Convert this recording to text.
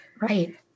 Right